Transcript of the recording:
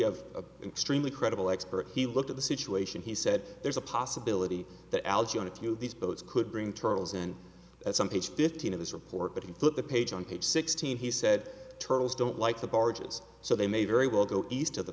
have a extremely credible expert he looked at the situation he said there's a possibility that algae on a few of these boats could bring turtles and some page fifteen of this report but he put the page on page sixteen he said turtles don't like the barges so they may very well go east of the